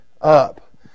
up